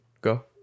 Go